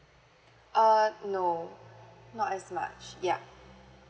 uh no not as much yup